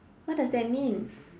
what does that means